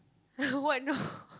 what no